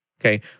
Okay